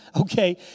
Okay